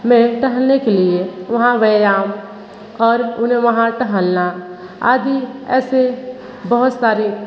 में टहलने के लिए वहाँ व्यायाम और उन्हें वहाँ टहलना आदि ऐसे बहुत सारी